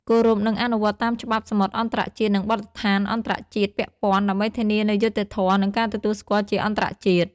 គោរព និងអនុវត្តតាមច្បាប់សមុទ្រអន្តរជាតិ និងបទដ្ឋានអន្តរជាតិពាក់ព័ន្ធ ដើម្បីធានានូវយុត្តិធម៌ និងការទទួលស្គាល់ជាអន្តរជាតិ។